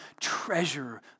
treasure